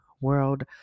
world